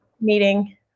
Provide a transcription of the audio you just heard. meeting